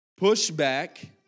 pushback